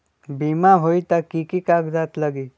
बिमा होई त कि की कागज़ात लगी?